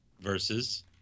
Versus